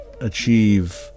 achieve